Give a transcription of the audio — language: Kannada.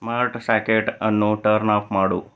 ಸ್ಮಾರ್ಟ್ ಸಾಕೆಟನ್ನು ಟರ್ನ್ ಆಫ್ ಮಾಡು